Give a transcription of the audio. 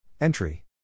Entry